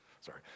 Sorry